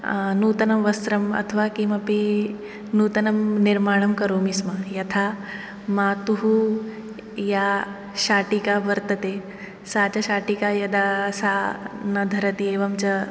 नूतनं वस्त्रम् अथवा किमपि नूतनं निर्माणं करोमि स्म यथा मातुः या शाटिका वर्तते सा च शाटिका यदा सा न धरति एवञ्च